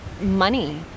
money